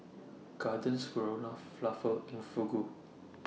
Garden Stroganoff Falafel and Fugu